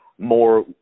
more